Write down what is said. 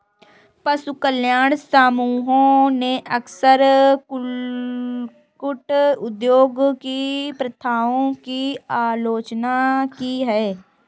पशु कल्याण समूहों ने अक्सर कुक्कुट उद्योग की प्रथाओं की आलोचना की है